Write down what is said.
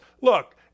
Look